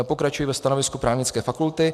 Pokračuji ve stanovisku Právnické fakulty.